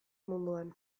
munduan